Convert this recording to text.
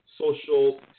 social